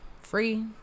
free